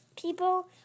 people